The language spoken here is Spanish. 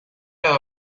cada